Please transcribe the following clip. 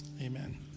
Amen